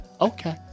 Okay